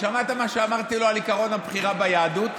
שמעת מה שאמרתי לו על עקרון הבחירה ביהדות?